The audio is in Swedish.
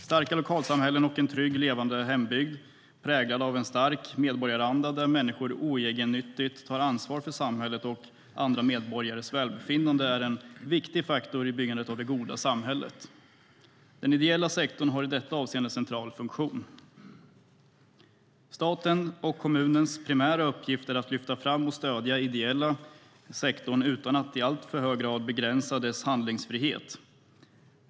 Starka lokalsamhällen och en trygg och levande hembygd präglad av en stark medborgaranda där människor oegennyttigt tar ansvar för samhället och andra medborgares välbefinnande är en viktig faktor i byggandet av det goda samhället. Den ideella sektorn har i detta avseende en central funktion. Statens och kommunernas primära uppgift är att lyfta fram och stödja den ideella sektorn utan att i alltför hög grad begränsa dess handlingsfrihet.